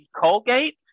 Colgate